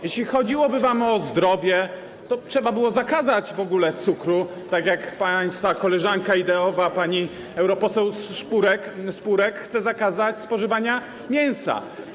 Jeśli chodziłoby wam o zdrowie, to trzeba byłoby zakazać w ogóle cukru, tak jak państwa koleżanka ideowa pani europoseł Spurek chce zakazać spożywania mięsa.